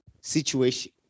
situation